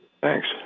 Thanks